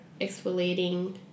exfoliating